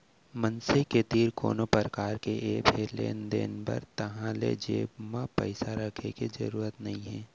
मनसे के तीर कोनो परकार के ऐप हे लेन देन बर ताहाँले जेब म पइसा राखे के जरूरत नइ हे